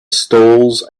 stalls